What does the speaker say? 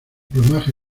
plumaje